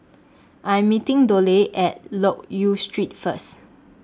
I Am meeting Dollye At Loke Yew Street First